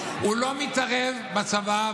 הוא לא מתערב בצבא,